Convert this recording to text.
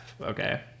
Okay